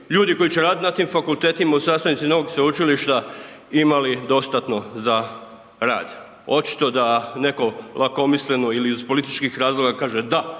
ljudi koji će radit na tim fakultetima u sastavnici novog sveučilišta imali dostatno za rad. Očito da neko lakomisleno ili iz političkih razloga kaže da